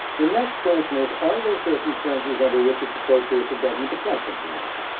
the next question is are there circumstances under which it's appropriate for government to collect information?